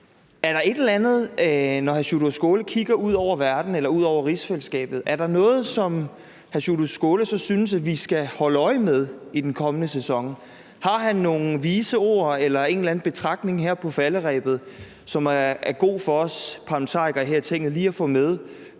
er noget, som han synes vi skal holde øje med i den kommende sæson. Har han nogle vise ord eller en eller anden betragtning her på falderebet, som er god for os parlamentarikere her i Tinget lige at få med